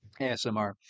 ASMR